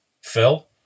Phil